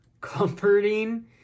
comforting